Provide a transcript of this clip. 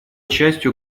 частью